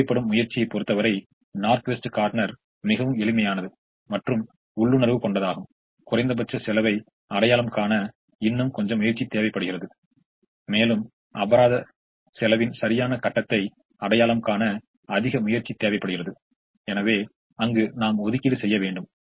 தேவைப்படும் முயற்சியைப் பொறுத்தவரை நார்த் வெஸ்ட் கார்னர் மிகவும் எளிமையானது மற்றும் உள்ளுணர்வு கொண்டதாகும் குறைந்தபட்ச செலவை அடையாளம் காண இன்னும் கொஞ்சம் முயற்சி தேவைப்படுகிறது மேலும் அபராத செலவின் சரியான கட்டத்தை அடையாளம் காண அதிக முயற்சி தேவைப்படுகிறது எனவே அங்கு நாம் ஒதுக்கீடு செய்ய வேண்டும்